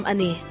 Ani